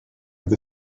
with